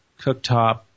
cooktop